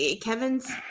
Kevin's